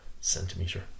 centimeter